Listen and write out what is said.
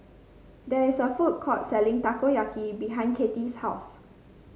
there is a food court selling Takoyaki behind Kattie's house